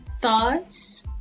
Thoughts